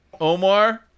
Omar